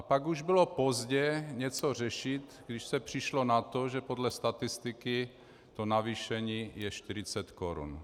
Pak už bylo pozdě něco řešit, když se přišlo na to, že podle statistiky to navýšení je 40 korun.